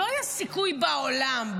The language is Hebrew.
לא היה סיכוי בעולם,